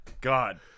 God